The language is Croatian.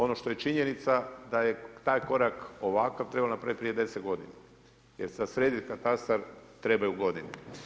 Ono što je činjenica da je taj korak ovakav, trebalo je napraviti prije 10 g. jer za srediti katastar trebaju godine.